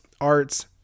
arts